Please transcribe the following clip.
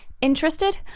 Interested